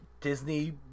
Disney